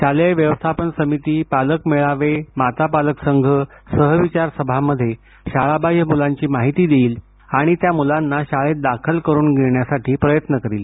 शालेय व्यवस्थापन समिती पालक मेळावे मातापालक संघ सहविचार सभांमध्ये शाळाबाह्य मुलांची माहिती देईल आणि त्या मुलांना शाळेत दाखल करून घेण्यासाठी प्रयत्न करील